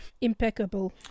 impeccable